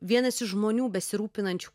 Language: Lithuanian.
vienas iš žmonių besirūpinančių